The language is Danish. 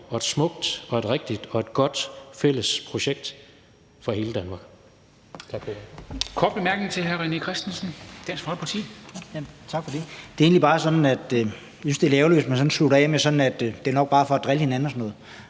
og et smukt og et rigtigt og et godt fælles projekt for hele Danmark.